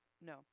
no